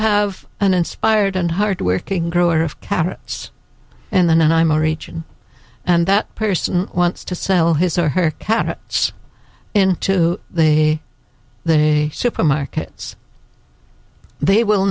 have an inspired and hardworking grower of carrots and then i'm a region and that person wants to sell his or her cattle into the they supermarkets they will